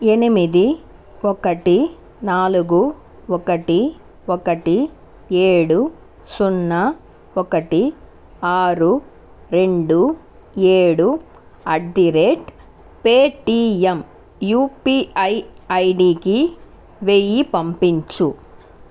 ఎనిమిది ఒకటి నాలుగు ఒకటి ఒకటి ఏడు సున్నా ఒకటి ఆరు రెండు ఏడు at the rate Paytm UPI ఐడికి వెయ్యి పంపించుము